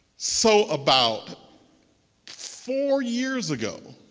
so about four years ago,